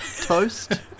toast